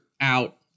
out